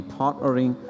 partnering